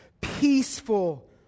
peaceful